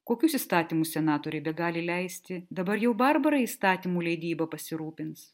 kokius įstatymus senatoriai begali leisti dabar jau barbarai įstatymų leidyba pasirūpins